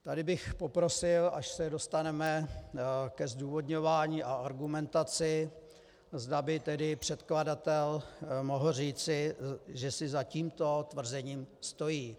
Tady bych poprosil, až se dostaneme ke zdůvodňování a argumentaci, zda by tedy předkladatel mohl říci, že si za tímto tvrzením stojí.